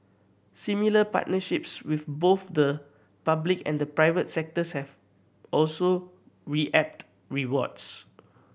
similar partnerships with both the public and the private sectors have also reaped rewards